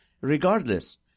Regardless